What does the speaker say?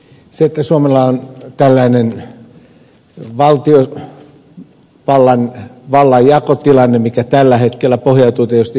se että suomella on tällainen valtiovallan jakotilanne mikä tällä hetkellä pohjautuu tietysti historiaan